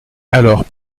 alors